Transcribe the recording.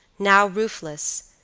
now roofless,